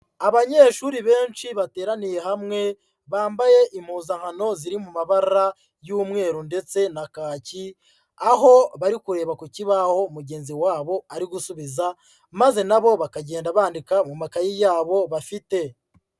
Abanyeshuri benshi bateraniye hamwe, bambaye impuzankano ziri mu mabara y'umweru ndetse na kaki, aho bari kureba ku kibaho mugenzi wabo ari gusubiza maze na bo bakagenda bandika mu makayi yabo bafite.